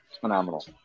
phenomenal